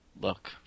look